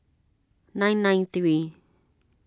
nine nine three